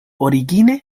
origine